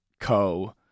co